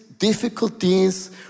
difficulties